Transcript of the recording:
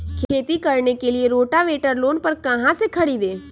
खेती करने के लिए रोटावेटर लोन पर कहाँ से खरीदे?